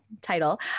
title